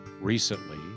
Recently